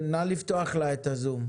כן, נא לפתוח לה את הזום.